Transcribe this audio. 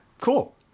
cool